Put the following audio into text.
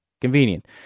convenient